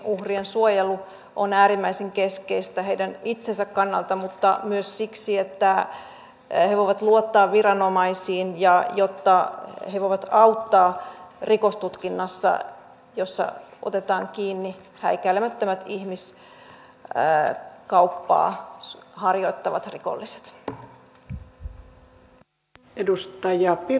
uhrien suojelu on äärimmäisen keskeistä heidän itsensä kannalta mutta myös siksi että he voivat luottaa viranomaisiin ja että he voivat auttaa rikostutkinnassa jossa otetaan kiinni häikäilemättömät ihmiskauppaa harjoittavat rikolliset